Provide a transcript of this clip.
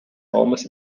almost